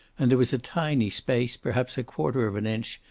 and there was a tiny space, perhaps a quarter of an inch,